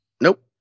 Nope